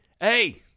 Hey